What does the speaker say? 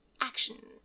action